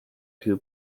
who